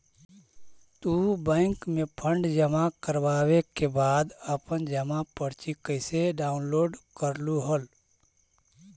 तू बैंक में फंड जमा करवावे के बाद अपन जमा पर्ची कैसे डाउनलोड करलू हल